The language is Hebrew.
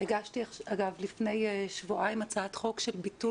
הגשתי לפני שבועיים הצעת חוק של ביטול